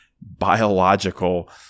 biological